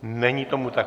Není tomu tak.